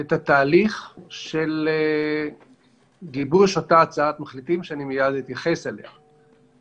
את התהליך של גיבוש אותה הצעת מחליטים שאני מייד אתייחס אליה.